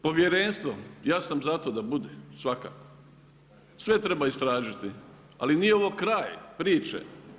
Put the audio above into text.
Povjerenstvo, ja sam za to da bude, svakako, sve treba istražiti, ali nije ovo kraj priče.